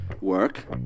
work